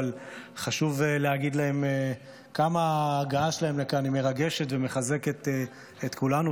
אבל חשוב להגיד להם כמה ההגעה שלהם לכאן מרגשת ומחזקת את כולנו.